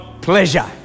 pleasure